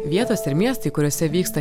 vietos ir miestai kuriuose vyksta